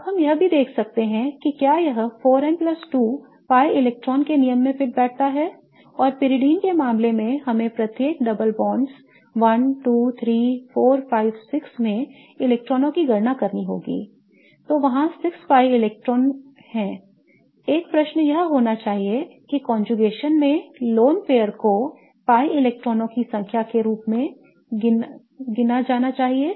अब हम यह भी देखते हैं कि क्या यह 4n 2 pi इलेक्ट्रॉन नियम में फिट बैठता है और pyridine के मामले में हमें प्रत्येक double bonds 1 2 3 4 5 6 में इलेक्ट्रॉनों की गणना करनी होगी I तो वहाँ 6 pi इलेक्ट्रॉनों हैं एक प्रश्न यह होना चाहिए कि conjugation में lone pair को pi इलेक्ट्रॉनों की संख्या के रूप में गिना जाना चाहिए